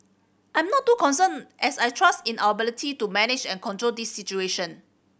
I'm not too concerned as I trust in our ability to manage and control this situation